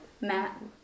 Matt